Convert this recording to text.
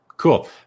Cool